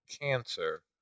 cancer